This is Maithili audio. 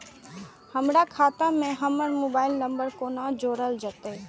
हमर खाता मे हमर मोबाइल नम्बर कोना जोरल जेतै?